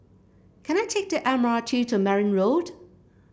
can I take the M R T to Merryn Road